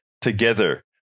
together